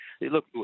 look